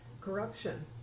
corruption